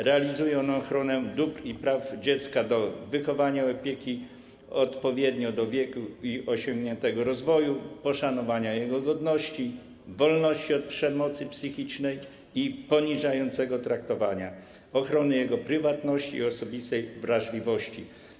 Realizuje ochronę dóbr i praw dziecka: do wychowania i opieki odpowiednich do wieku i osiągniętego rozwoju, do poszanowania jego godności i wolności od przemocy psychicznej i poniżającego traktowania, do ochrony jego prywatności i osobistej wrażliwości.